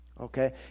Okay